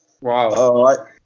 Wow